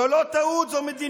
זו לא טעות, זו מדיניות.